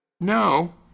No